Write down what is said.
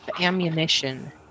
ammunition